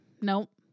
Nope